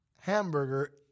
hamburger